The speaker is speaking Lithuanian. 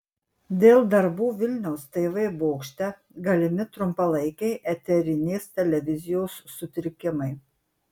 dėl darbų vilniaus tv bokšte galimi trumpalaikiai eterinės televizijos sutrikimai